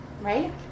Right